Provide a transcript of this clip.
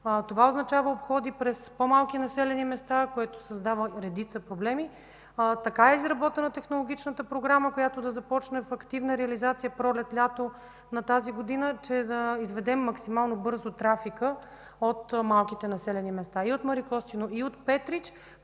това означава обходи през по-малки населени места, което създава редица проблеми. Така е изработена технологичната програма, която да започне в активна реализация пролет-лято на тази година, че да изведем максимално бързо трафика от малките населени места – и от Марикостиново, и от Петрич,